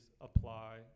apply